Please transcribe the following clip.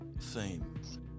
themes